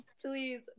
Please